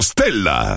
Stella